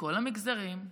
מכל המגזרים,